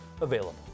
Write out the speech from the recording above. available